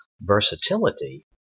versatility